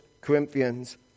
Corinthians